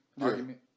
Argument